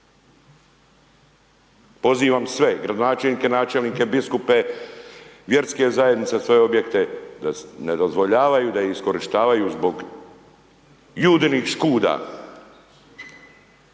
pozivam sve gradonačelnike, načelnike, biskupe, vjerske zajednice, svoje objekte, da ne dozvoljavaju da ih iskorištavaju zbog Judinih škuda,